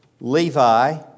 Levi